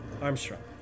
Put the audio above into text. Armstrong